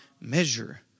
measure